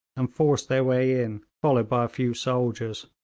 and forced their way in, followed by a few soldiers.